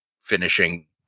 finishing